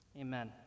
Amen